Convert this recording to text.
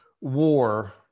war